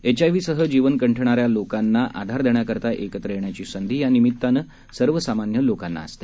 HIV सह जीवन कंठणाऱ्या लोकांना आधार देण्याकरता एकत्र येण्याची संधी या दिनानिमित्त सर्वसामान्य लोकांना असते